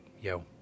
Yo